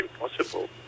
impossible